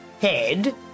head